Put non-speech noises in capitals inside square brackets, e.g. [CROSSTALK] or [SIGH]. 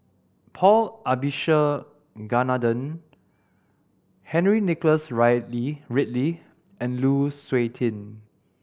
Paul Abisheganaden Henry Nicholas [UNINTELLIGIBLE] Ridley and Lu Suitin